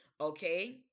okay